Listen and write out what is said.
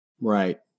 Right